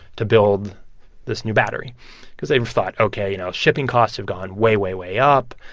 to build this new battery because they thought ok, you know, shipping costs have gone way, way, way up.